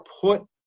put